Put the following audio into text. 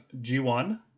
G1